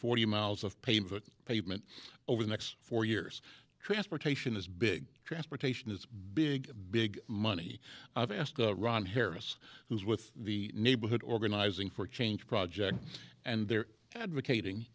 forty miles of paved pavement over the next four years transportation is big transportation is big big money i've asked ron harris who's with the neighborhood organizing for change project and they're advocating